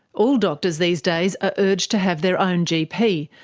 all doctors these days are urged to have their own gp,